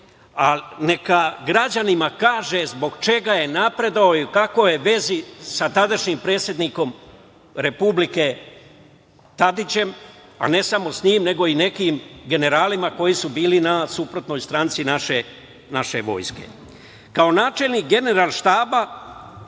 Neka građanima kaže zbog čega je napredovao i u kakvoj je vezi sa tadašnjim predsednikom Republike Tadićem, a i ne samo sa njim, nego i nekim generalima koji su bili na suprotnoj stranci naše vojske. Kao načelnik Generalštaba